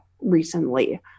recently